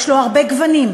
יש לו הרבה גוונים,